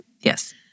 Yes